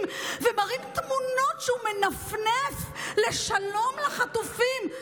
ומראים תמונות שבהם הוא מנופף לשלום לחטופים.